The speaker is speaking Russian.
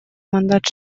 мандат